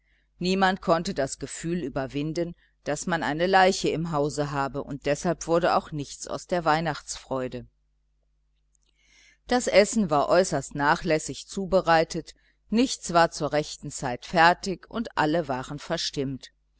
niemand konnte das gefühl überwinden daß man eine leiche im hause habe und deshalb wurde auch nichts aus der weihnachtsfreude das essen war äußerst nachlässig zubereitet nichts war zur rechten zeit fertig und alle waren verstimmt